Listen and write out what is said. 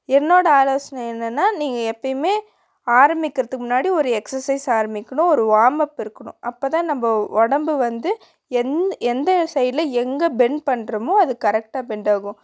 என்னோடய ஆலோசனை என்னென்னா நீங்கள் எப்போயுமே ஆரம்மிக்கிறத்துக்கு முன்னாடி ஒரு எக்ஸசைஸ் ஆரமிக்கணும் ஒரு வார்ம் அப் இருக்கணும் அப்போ தான் நம்ம உடம்பு வந்து எந் எந்த சைடுல எங்கள் பெண்ட் பண்ணுறமோ அது கரெக்டாக பெண்ட் ஆகும்